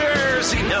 Jersey